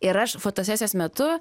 ir aš fotosesijos metu